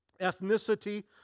ethnicity